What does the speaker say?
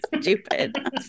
stupid